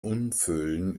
umfüllen